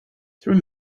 three